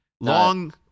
Long